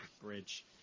Bridge